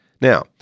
Now